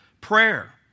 prayer